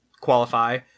qualify